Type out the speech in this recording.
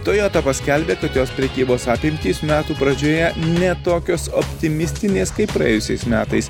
toyota paskelbė kad jos prekybos apimtys metų pradžioje ne tokios optimistinės kaip praėjusiais metais